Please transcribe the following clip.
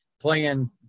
playing